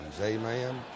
Amen